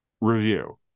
review